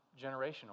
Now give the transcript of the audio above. generational